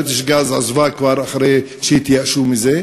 "בריטיש גז" עזבה אחרי שכבר התייאשו מזה.